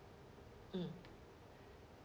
mm